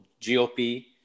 GOP